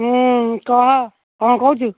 ହଁ କହ କ'ଣ କହୁଛୁ